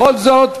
בכל זאת,